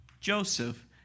Joseph